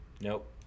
Nope